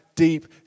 deep